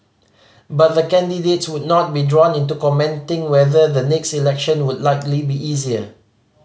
but the candidates would not be drawn into commenting whether the next election would likely be easier